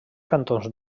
cantons